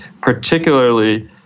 particularly